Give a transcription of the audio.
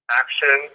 action